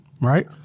Right